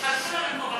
שיחלקו למקורבים?